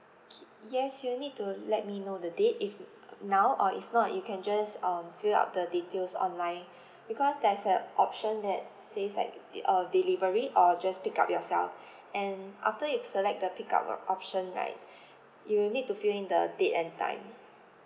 okay yes you will need to let me know the date if now or if not you can just um fill up the details online because there's a option that says like de~ uh delivery or just pick up yourself and after you select the pick up o~ option right you will need to fill in the date and time